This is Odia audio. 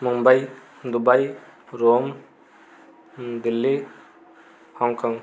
Mumbai Dubai Rome Delhi Hong Kong